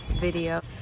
video